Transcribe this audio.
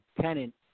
tenant